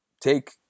take